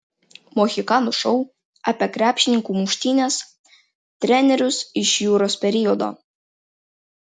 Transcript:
mohikanų šou apie krepšininkų muštynes trenerius iš juros periodo